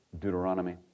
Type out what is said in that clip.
Deuteronomy